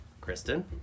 Kristen